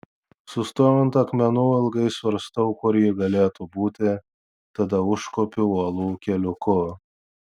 sustoju ant akmenų ilgai svarstau kur ji galėtų būti tada užkopiu uolų keliuku